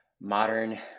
modern